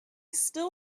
still